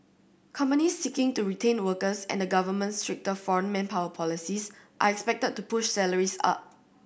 companies seeking to retain workers and the government's stricter foreign manpower policies are expected to push salaries up